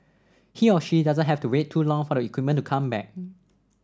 he or she doesn't have to wait too long for the equipment to come back